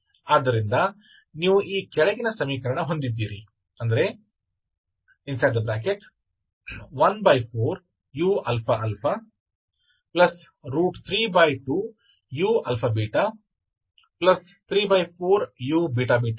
ಆದ್ದರಿಂದ ನೀವು ಈ ಕೆಳಗಿನ ಸಮೀಕರಣ ಹೊಂದಿದ್ದೀರಿ